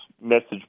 message